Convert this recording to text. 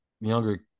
younger